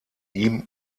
ihm